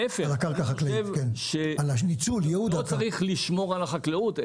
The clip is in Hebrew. להיפך; אני חושב שלא צריך לשמור על החקלאות,